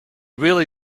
really